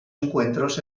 encuentros